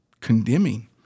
condemning